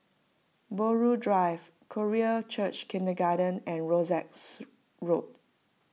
Buroh Drive Korean Church Kindergarten and Rosyth Road